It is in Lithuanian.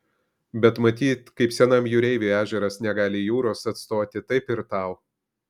bet matyt kaip senam jūreiviui ežeras negali jūros atstoti taip ir tau